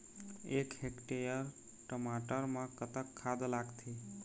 एक हेक्टेयर टमाटर म कतक खाद लागथे?